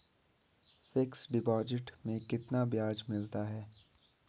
Fix deposit में कितना ब्याज मिलता है?